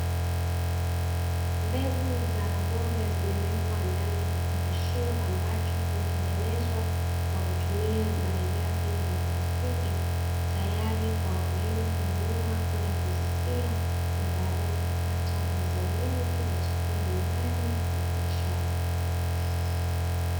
Mbegu za maboga zimewekwa ndani ya kifungashio ambacho kimetengenezwa kwa kutumia malighafi za plastiki, tayari kwa wakulima kununua kwenda kuzisia na badae kupata mazao mengi ya chakula nyumbani ma biashara pia.